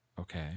Okay